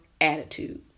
attitude